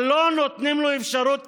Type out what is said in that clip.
אבל לא נותנים לו אפשרות,